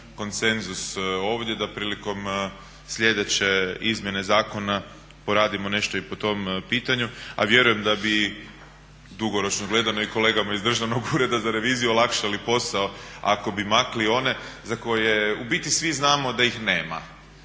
konsenzus ovdje da prilikom sljedeće izmjene zakona poradimo nešto i po tom pitanju. A vjerujem da bi dugoročno gledano i kolegama iz Državnog ureda za reviziju olakšali posao ako bi maknuli one za koje u biti svi znamo da ih nema.